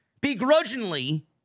begrudgingly